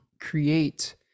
create